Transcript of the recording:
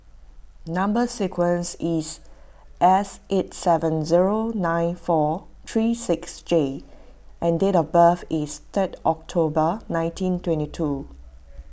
Number Sequence is S eight seven zero nine four three six J and date of birth is third October nineteen twenty two